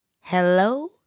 Hello